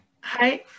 hi